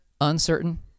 uncertain